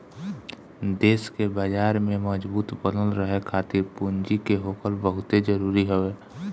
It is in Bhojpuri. देस के बाजार में मजबूत बनल रहे खातिर पूंजी के होखल बहुते जरुरी हवे